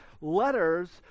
letters